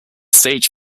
stage